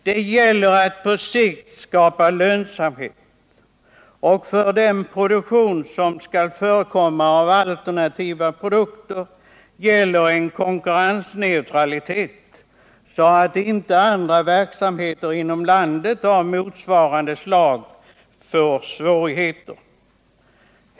Det gäller att på sikt skapa företagsekonomisk lönsamhet. För den produktion av alternativa produkter som skall förekomma gäller att hålla konkurrensneutralitet, så att inte andra verksamheter inom landet av motsvarande slag får svårigheter.